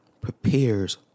prepares